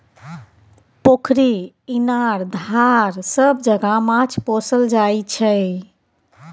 पोखरि, इनार, धार सब जगह माछ पोसल जाइ छै